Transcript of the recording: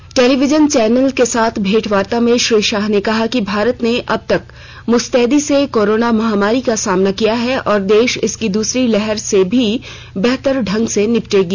एक television channel के साथ भेंटवार्ता में श्री शाह ने कहा कि भारत ने अब तक मुस्तैदी से कोरोना महामारी का सामना किया है और देश इसकी दुसरी लहर से भी बेहतर ढंग से निपटेगा